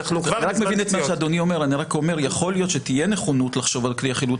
אני רק אומר שיכול להיות שתהיה נכונות לחשוב על כלי החילוט